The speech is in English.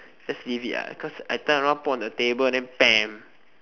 just leave it ah cause I turn around put on the table then